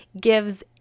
gives